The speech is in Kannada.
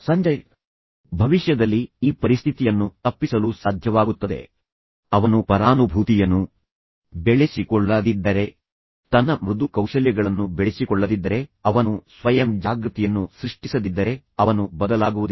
ಸಂಜಯ್ ಭವಿಷ್ಯದಲ್ಲಿ ಈ ಪರಿಸ್ಥಿತಿಯನ್ನು ತಪ್ಪಿಸಲು ಸಾಧ್ಯವಾಗುತ್ತದೆ ಅವನು ಪರಾನುಭೂತಿಯನ್ನು ಬೆಳೆಸಿಕೊಳ್ಳದಿದ್ದರೆ ತನ್ನ ಮೃದು ಕೌಶಲ್ಯಗಳನ್ನು ಬೆಳೆಸಿಕೊಳ್ಳದಿದ್ದರೆ ಅವನು ಸ್ವಯಂ ಜಾಗೃತಿಯನ್ನು ಸೃಷ್ಟಿಸದಿದ್ದರೆ ಅವನು ಬದಲಾಗುವುದಿಲ್ಲ